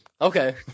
Okay